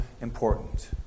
important